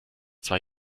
zwei